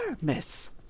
miss